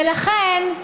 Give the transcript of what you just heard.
ולכן,